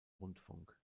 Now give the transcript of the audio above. rundfunk